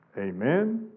Amen